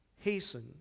Hasten